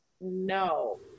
no